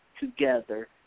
together